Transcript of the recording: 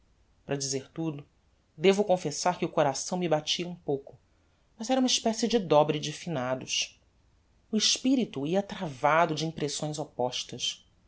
para dizer tudo devo confessar que o coração me batia um pouco mas era uma especie de dobre de finados o espirito ia travado de impressões oppostas